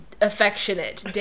affectionate